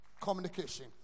Communication